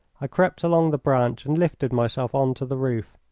i crept along the branch and lifted myself on to the roof.